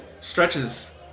stretches